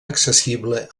accessible